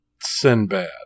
Sinbad